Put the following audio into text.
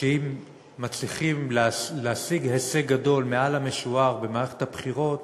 שאם מצליחים להשיג הישג גדול מעל למשוער במערכת הבחירות